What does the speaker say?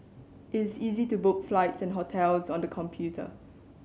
it's easy to book flights and hotels on the computer